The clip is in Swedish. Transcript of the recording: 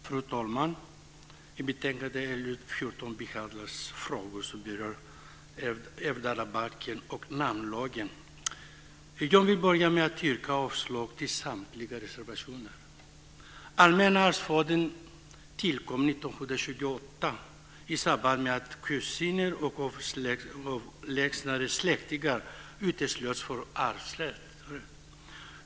Fru talman! I betänkande LU:14 behandlas frågor som berör ärvdabalken och namnlagen. Jag vill börja med att yrka avslag på samtliga reservationer. Allmänna arvsfonden tillkom 1928 i samband med att kusiner och avlägsnare släktingar uteslöts från arvsrätt.